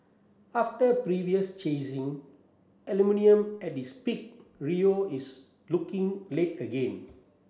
after previously chasing aluminium at its peak Rio is looking late again